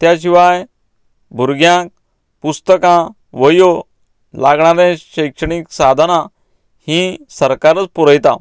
त्या शिवाय भुरग्यांक पुस्तकां वह्यो लागणारें शैक्षणिक साधनां हीं सरकारूच पुरयता